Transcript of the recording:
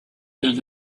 than